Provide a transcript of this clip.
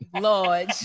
Lord